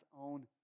own